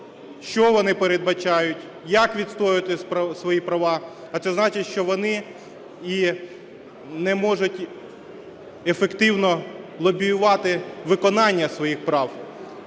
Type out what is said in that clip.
що вони передбачають, як відстоювати свої права, а це значить, що вони не можуть ефективно лобіювати виконання своїх прав.